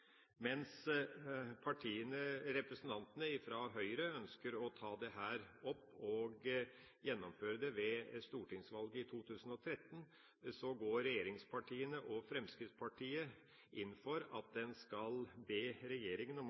Mens representantene fra Høyre ønsker å ta opp dette og gjennomføre det ved stortingsvalget i 2013, går regjeringspartiene og Fremskrittspartiet inn for å be regjeringa om å utrede endringer av valgordningen for stortingsvalg, slik at